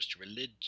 religion